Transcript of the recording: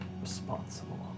responsible